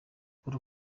paul